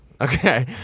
Okay